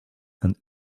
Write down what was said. and